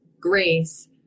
grace